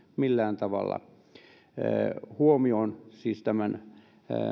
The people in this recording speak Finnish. millään tavalla huomioon siis tämän